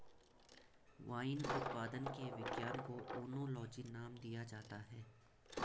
wine उत्पादन के विज्ञान को ओनोलॉजी नाम दिया जाता है